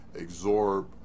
absorb